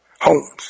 Homes